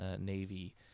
Navy